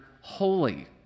holy